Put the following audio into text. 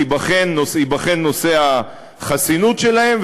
ייבחן נושא החסינות שלהם,